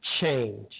Change